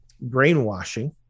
brainwashing